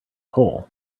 hole